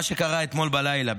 אתמול בלילה.